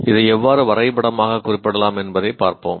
இதை எவ்வாறு வரைபடமாக குறிப்பிடலாம் என்பதைப் பார்ப்போம்